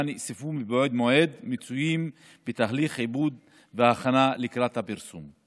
נאספו מבעוד מועד ומצויים בתהליך עיבוד והכנה לקראת הפרסום.